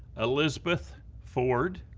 elizabeth ford,